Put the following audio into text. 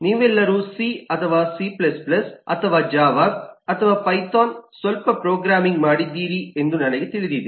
ನೀವೆಲ್ಲರೂ ಸಿ ಅಥವಾ C C ಅಥವಾ ಜಾವಾ ಅಥವಾ ಪೈಥಾನ್ ಸ್ವಲ್ಪ ಪ್ರೋಗ್ರಾಮಿಂಗ್ ಮಾಡಿದ್ದೀರಿ ಎಂದು ನನಗೆ ತಿಳಿದಿದೆ